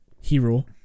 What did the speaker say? hero